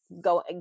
go